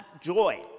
joy